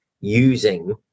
using